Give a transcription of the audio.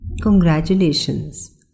Congratulations